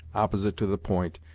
opposite to the point,